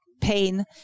pain